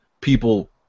people